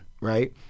right